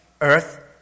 earth